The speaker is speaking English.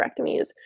hysterectomies